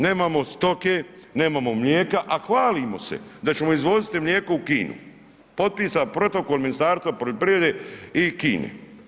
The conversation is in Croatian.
Nemamo stoke, nemamo mlijeka, a hvalimo se da ćemo izvoziti mlijeko u Kinu, popisan protokol u Ministarstvu poljoprivrede i Kine.